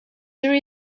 there